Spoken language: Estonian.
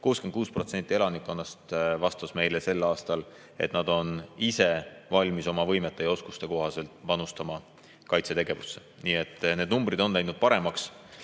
tulnud juurde – vastas meile sel aastal, et nad on ise valmis oma võimete ja oskuste kohaselt panustama kaitsetegevusse. Nii et need numbrid on läinud paremaks.